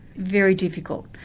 very difficult.